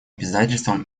обязательствам